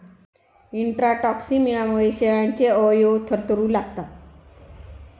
इंट्राटॉक्सिमियामुळे शेळ्यांचे अवयव थरथरू लागतात